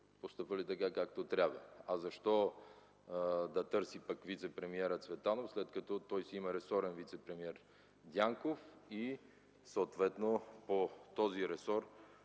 постъпвали така, както трябва. А защо да търси вицепремиера Цветанов, след като той си има ресорен вицепремиер Дянков? Съответно по този ресор